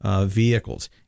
vehicles